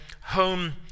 home